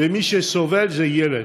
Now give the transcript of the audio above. ומי שסובל זה הילד.